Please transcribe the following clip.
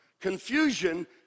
confusion